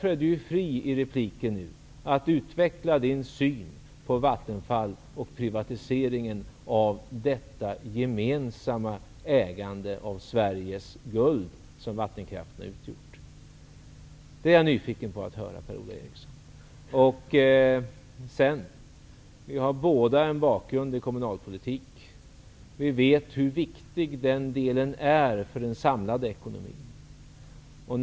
Han är därför fri att i repliken utveckla sin syn på Vattenfall och privatiseringen av detta gemensamma ägande av det Sveriges guld som vattenkraften har utgjort. Det är jag nyfiken på att höra, Per-Ola Eriksson. Vi har båda en bakgrund i kommunalpolitiken. Vi vet hur viktig den delen är för den samlade ekonomin.